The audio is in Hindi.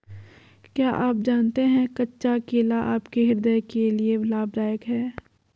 क्या आप जानते है कच्चा केला आपके हृदय के लिए लाभदायक है?